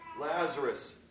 Lazarus